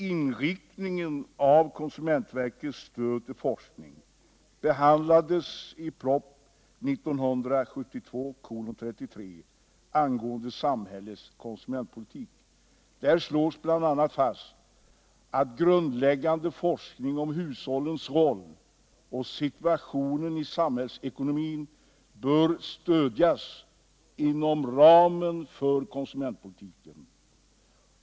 Inriktningen av konsumentverkets stöd till forskningen behandlades i proposition 1972:33 angående samhällets konsumentpolitik. Där slogs bl.a. fast att grundläggande forskning om hushållens roll och situationen i samhällsekonomin bör stödjas inom ramen för konsumentpolitiken.